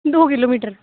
दो किलोमीटर